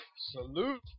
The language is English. Salute